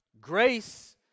Grace